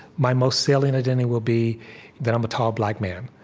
my most salient identity will be that i'm a tall black man.